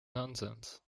nonsense